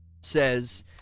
says